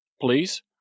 Please